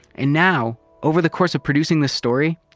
and now, over the course of producing the story,